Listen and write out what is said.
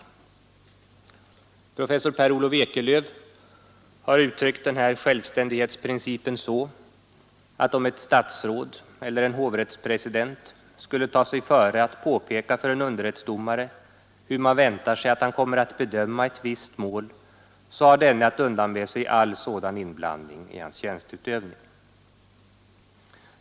Professor P. O. Ekelöf har uttryckt självständighetsprincipen så att om ett statsråd eller en hovrättspresident skulle ta sig före att påpeka för en underrättsdomare hur man väntar sig att han skall bedöma ett visst mål, så har denne att undanbe sig all sådan inblandning i sin tjänsteutövning.